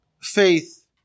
faith